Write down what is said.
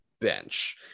bench